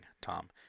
Tom